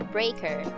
Breaker